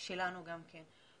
שלנו גם כאן.